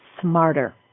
Smarter